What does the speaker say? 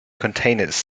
containers